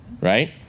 right